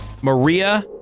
Maria